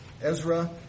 Ezra